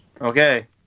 okay